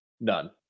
None